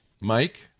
Mike